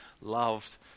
loved